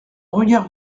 regard